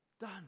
Done